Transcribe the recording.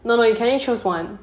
no no you can only choose one